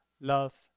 Love